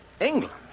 England